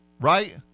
Right